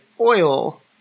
oil